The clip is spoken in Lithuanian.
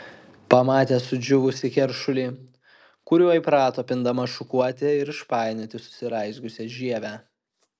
pamatė sudžiūvusį keršulį kuriuo įprato pindama šukuoti ir išpainioti susiraizgiusią žievę